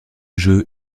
jeu